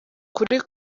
ukuri